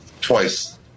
twice